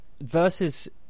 versus